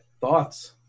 thoughts